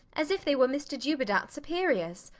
as if they were mr dubedat's superiors.